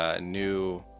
new